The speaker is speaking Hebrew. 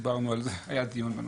דיברנו על זה, היה דיון.